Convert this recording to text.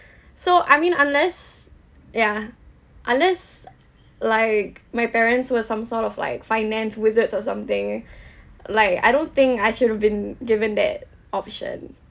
so I mean unless yeah unless like my parents were some sort of like finance wizards or something like I don't think I should have been given that option